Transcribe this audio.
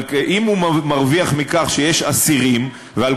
אבל אם הוא מרוויח מכך שיש שאסירים ועל